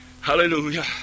Hallelujah